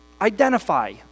identify